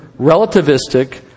relativistic